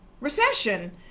recession